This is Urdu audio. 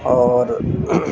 اور